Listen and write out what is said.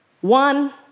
One